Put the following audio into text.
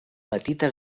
petita